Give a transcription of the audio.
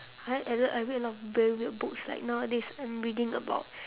I like I read I read a lot of very weird books like nowadays I'm reading about